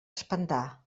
espantar